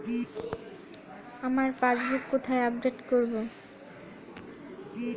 আমার পাসবুক কোথায় আপডেট করব?